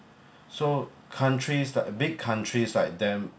so countries that big countries like them